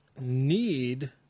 need